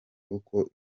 uko